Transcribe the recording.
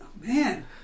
Man